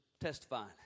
testifying